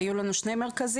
היו לנו שני מרכזים,